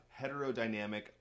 heterodynamic